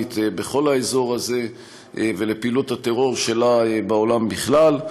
האיראנית בכל האזור הזה ולפעילות הטרור שלה בעולם בכלל.